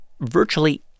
virtually